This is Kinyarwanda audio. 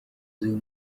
z’uyu